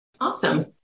Awesome